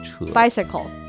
bicycle